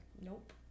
Nope